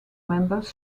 members